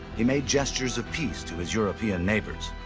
he made gestures of peace to his european neighbours.